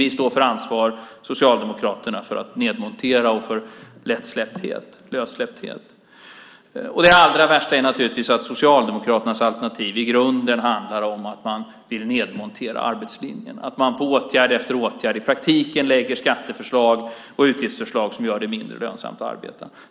Vi står för ansvar. Socialdemokraterna står för nedmontering och lössläppthet. Det allra värsta är naturligtvis att Socialdemokraternas alternativ i grunden handlar om att de vill nedmontera arbetslinjen, att de på åtgärd efter åtgärd i praktiken lägger fram skatteförslag och utgiftsförslag som gör det mindre lönsamt att arbeta.